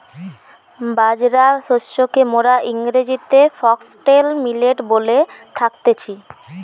বাজরা শস্যকে মোরা ইংরেজিতে ফক্সটেল মিলেট বলে থাকতেছি